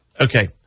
Okay